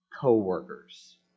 co-workers